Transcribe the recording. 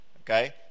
okay